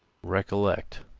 recollect,